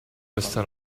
questa